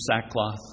sackcloth